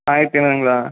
ஆயிரத்து இரநூறுங்ளா